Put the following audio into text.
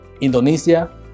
Indonesia